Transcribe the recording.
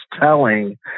telling